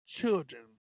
children